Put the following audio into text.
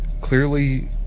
clearly